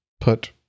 put